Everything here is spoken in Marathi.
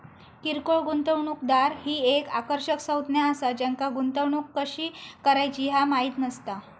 किरकोळ गुंतवणूकदार ही एक आकर्षक संज्ञा असा ज्यांका गुंतवणूक कशी करायची ह्या माहित नसता